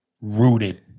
rooted